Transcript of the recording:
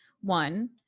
one